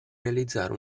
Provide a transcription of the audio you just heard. realizzare